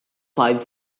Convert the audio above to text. five